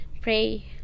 pray